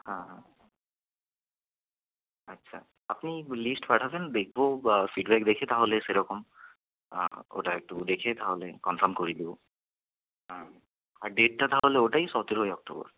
হ্যাঁ হ্যাঁ আচ্ছা আপনি লিস্ট পাঠাবেন দেখব বা ফিডব্যাক দেখে তাহলে সেরকম ওটা একটু দেখে তাহলে কনফার্ম করে দেবো হুম আর ডেটটা তাহলে ওটাই সতেরোই অক্টোবর